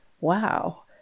wow